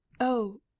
Oh